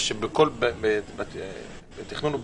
זה שבתכנון ובנייה,